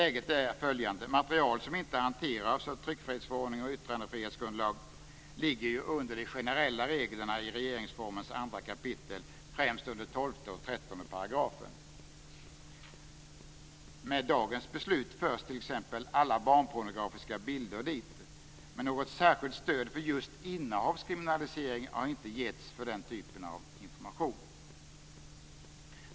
Läget är följande. Material som inte regleras av tryckfrihetsförordningen och yttrandefrihetsgrundlagen ligger under de generella reglerna i regeringsformens 2 kap., främst under 12 och 13 §§. Med dagens beslut förs t.ex. alla barnpornografiska bilder dit. Men något särskilt stöd för just innehavskriminalisering har inte getts för den typen av information.